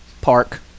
Park